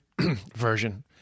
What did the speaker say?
version